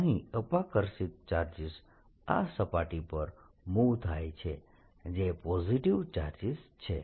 અહીં અપાકર્ષિત ચાર્જીસ આ સપાટી પર મૂવ થાય છે જે પોઝિટીવ ચાર્જીસ છે